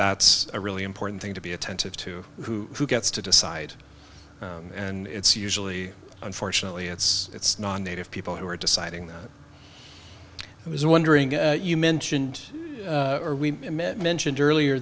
that's a really important thing to be attentive to who gets to decide and it's usually unfortunately it's non native people who are deciding that i was wondering you mentioned or we mentioned earlier